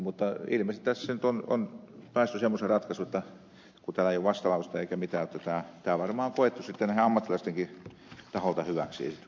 mutta ilmeisesti tässä nyt on päästy semmoiseen ratkaisuun kun täällä ei ole vastalausetta eikä mitään jotta tämä on varmaan koettu sitten näiden ammattilaistenkin taholta hyväksi esitykseksi